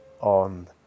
on